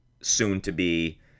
soon-to-be